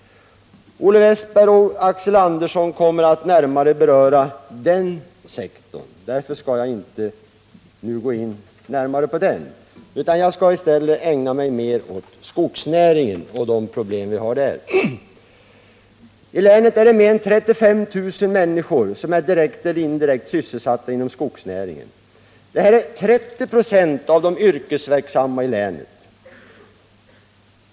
Olle Westberg i Hofors och Axel Andersson kommer att närmare beröra den sektorn. Därför skall jag inte gå in på den, utan jag skall ägna mig åt skogsnäringen och de problem som vi där har. I länet är mer än 35 000 människor direkt eller indirekt sysselsatta inom skogsnäringen. Detta är 30 ?» av de yrkesverksamma i länet.